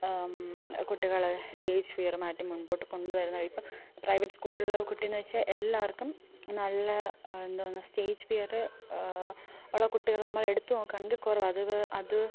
കുട്ടികളെ stage fear മാറ്റി മുൻപോട്ട് കൊണ്ടു വരുന്നതായിരിക്കും ഇപ്പോൾ പ്രൈവറ്റ് സ്കൂളിലെ കുട്ടിന്ന് വെച്ചാൽ എല്ലാവർക്കും നല്ല എന്തോന്ന് സ്റ്റേജ് ഫിയറ് ഉള്ള കുട്ടികളെ നമ്മൾ എടുത്ത് നോക്കാണെങ്കിൽ കുറവാണ് അത് പോലെ അത്